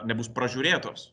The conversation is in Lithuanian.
nebus pražiūrėtos